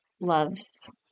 loves